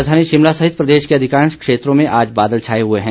राजधानी शिमला सहित प्रदेश के अधिकांश क्षेंत्रो में आज बादल छाये हुए है